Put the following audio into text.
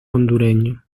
hondureño